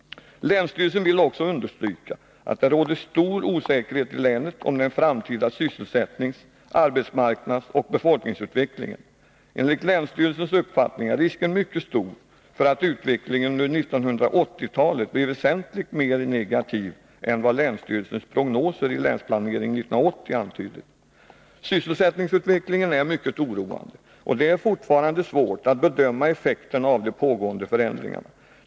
Länsstyrelsen vill också understryka att det råder stor osäkerhet i länet om den framtida sysselsättnings-, arbetsmarknadsoch befolkningsutvecklingen. Enligt länsstyrelsens uppfattning är risken mycket stor för att utvecklingen under 1980-talet blir väsentligt mer negativ än vad länsstyrelsens prognoser i länsplaneringen 1980 antyder. Sysselsättningsutvecklingen är mycket oroande, och det är fortfarande svårt att bedöma effekterna av de pågående förändringarna.